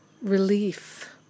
relief